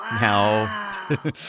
Now